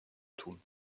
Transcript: tun